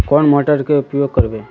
कौन मोटर के उपयोग करवे?